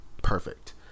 Perfect